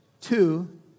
Two